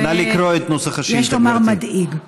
ויש לומר מדאיג.